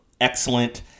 excellent